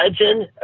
legend